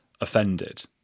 offended